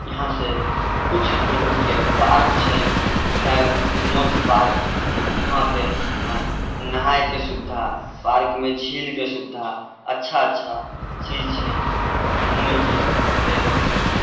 इहाँसँ किुछ दूर हटिके पार्क छै भै नोत पार्क वहाँपर नहायके सुविधा पार्कमे झीलके सुविधा अच्छा अच्छा चीज छै घुमैके लेल